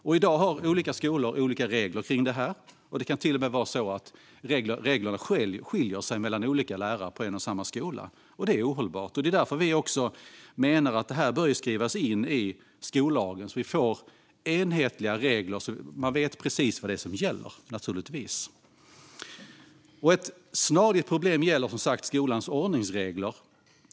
I dag har skolor olika regler för detta. Reglerna kan till och med skilja sig mellan olika lärare på en och samma skola. Det är ohållbart. Vi menar att detta därför bör skrivas in i skollagen för att vi ska få enhetliga regler så att man vet precis vad som gäller. Ett snarlikt problem gäller skolans ordningsregler.